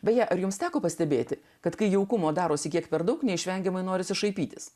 beje ar jums teko pastebėti kad kai jaukumo darosi kiek per daug neišvengiamai norisi šaipytis